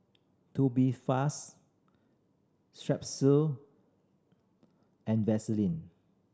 Tubifast Strepsils and Vaselin